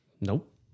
Nope